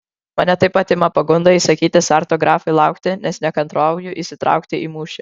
mane taip pat ima pagunda įsakyti sarto grafui laukti nes nekantrauju įsitraukti į mūšį